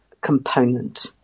component